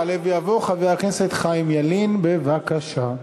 יעלה ויבוא חבר הכנסת חיים ילין, בבקשה.